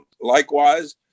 likewise